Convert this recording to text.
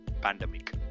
pandemic